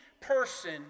person